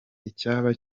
icyaba